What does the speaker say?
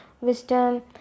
wisdom